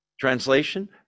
Translation